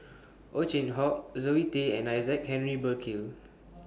Ow Chin Hock Zoe Tay and Isaac Henry Burkill